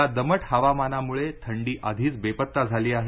या दमट हवामानामुळे थंडी आधीच बेपत्ता झाली आहे